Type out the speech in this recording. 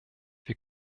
wir